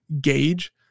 gauge